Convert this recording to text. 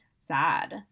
sad